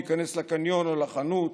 להיכנס לקניון או לחנות,